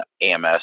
AMS